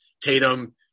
Tatum